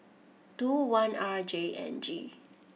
two one R J N G